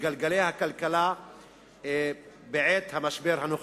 גלגלי הכלכלה בעת המשבר הנוכחי.